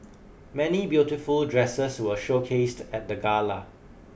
many beautiful dresses were showcased at the gala